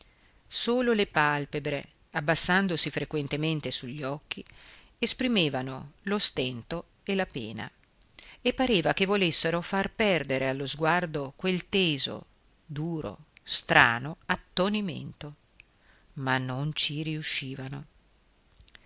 solo le palpebre abbassandosi frequentemente su gli occhi esprimevano lo stento e la pena e pareva che volessero far perdere allo sguardo quel teso duro strano attonimento ma non ci riuscivano